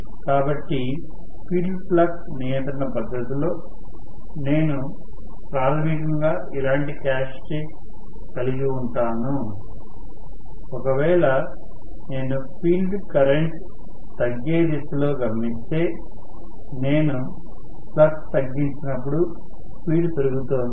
కాబట్టి field flux నియంత్రణ పద్ధతిలో నేను ప్రాథమికంగా ఇలాంటి క్యారెక్టర్స్టిక్స్ కలిగి ఉంటానుఒకవేళ నేను ఫీల్డ్ కరెంట్ తగ్గే దిశలో గమనిస్తే నేను ఫ్లక్స్ తగ్గించినప్పుడు స్పీడ్ పెరుగుతోంది